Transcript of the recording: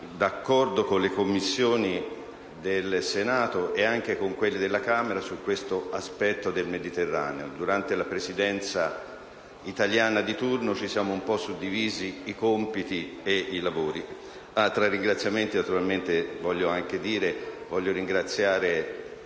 d'accordo con le Commissioni del Senato e anche con quelle della Camera, su questo aspetto del Mediterraneo. Durante la Presidenza italiana di turno, ci siamo un po' suddivisi i compiti e il lavoro. È stato un lavoro